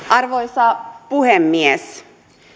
arvoisa puhemies